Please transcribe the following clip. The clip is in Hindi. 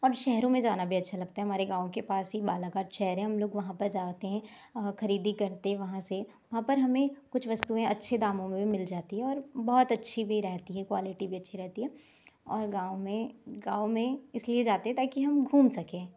और शहरों में जाना भी अच्छा लगता है हमारे गाँव के पास ही बालाघाट शहर है हम लोग वहाँ पर जाते हैं खरीदी करते वहाँ से वहाँ पर हमें कुछ वस्तुएं अच्छे दामों में भी मिल जाती है और बहुत अच्छी भी रहती है क्वालिटी भी अच्छी रहती है और गाँव में गाँव में इसलिए जाते हैं ताकि हम घूम सकें